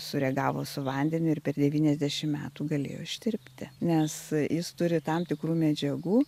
sureagavo su vandeniu ir per devyniasdešim metų galėjo ištirpti nes jis turi tam tikrų medžiagų